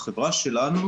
בחברה שלנו